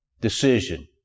decision